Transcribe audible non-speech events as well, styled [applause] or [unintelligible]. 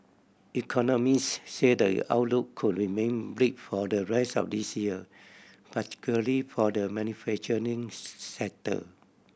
economists said the outlook could remain bleak for the rest of this year particularly for the manufacturing [unintelligible] sector